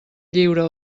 lliure